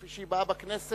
כפי שהיא באה בכנסת,